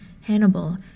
Hannibal